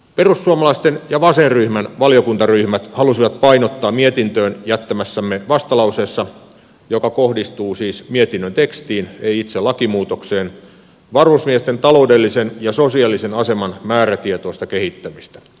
perussuomalaisten ja vasenryhmän valiokuntaryhmät halusivat painottaa mietintöön jättämässämme vastalauseessa joka kohdistuu siis mietinnön tekstiin ei itse lakimuutokseen varusmiesten taloudellisen ja sosiaalisen aseman määrätietoista kehittämistä